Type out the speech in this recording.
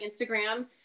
instagram